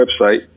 website